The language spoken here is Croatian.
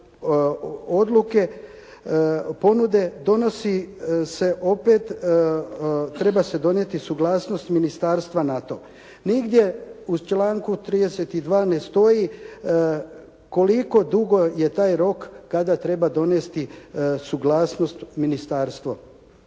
odluke, ponude, donosi se opet, treba se donijeti suglasnost ministarstva na to. Nigdje u članku 32. ne stoji koliko dugo je taj rok kada treba donesti suglasnost ministarstvo